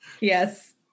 Yes